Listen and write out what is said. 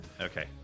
okay